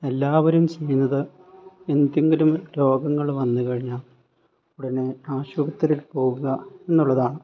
എല്ലാവരും ചെയ്യുന്നത് എന്തെങ്കിലും രോഗങ്ങൾ വന്നുകഴിഞ്ഞാൽ ഉടനെ പിന്നെ ആശുപത്രിൽ പോകുക എന്നുള്ളതാണ്